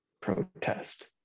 protest